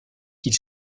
qu’il